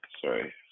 sorry